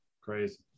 Crazy